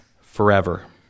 forever